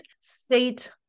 state